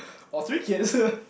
or three kids